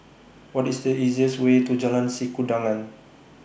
What IS The easiest Way to Jalan Sikudangan